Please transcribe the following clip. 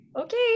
okay